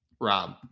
Rob